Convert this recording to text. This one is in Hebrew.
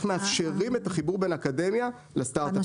איך מאפשרים את החיבור בין האקדמיה לסטארט-אפים,